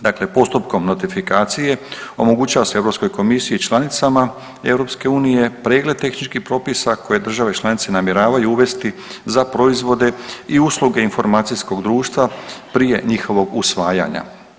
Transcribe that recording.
Dakle, postupkom notifikacije omogućava se Europskoj komisiji i članicama EU pregled tehničkih propisa koje države članice namjeravaju uvesti za proizvode i usluge informacijskog društva prije njihovog usvajanja.